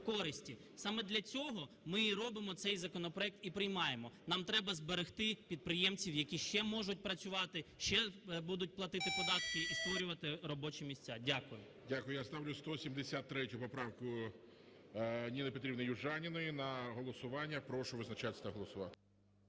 Саме для цього ми й робимо цей законопроект і приймаємо. Нам треба зберегти підприємців, які ще можуть працювати, ще будуть платити податки і створювати робочі місця. Дякую. ГОЛОВУЮЧИЙ. Дякую. Я ставлю 173 поправку Ніни Петрівни Южаніної на голосування. Прошу визначатися та голосувати.